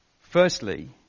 Firstly